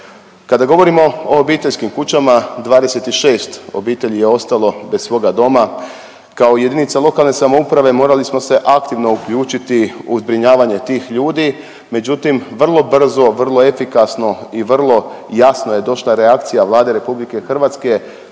Kada govorimo o obiteljskim kućama 26 obitelji je ostalo bez svoga doma. Kao jedinica lokalne samouprave morali smo se aktivno uključiti u zbrinjavanje tih ljudi, međutim vrlo brzo, vrlo efikasno i vrlo jasno je došla reakcija Vlade RH, kolega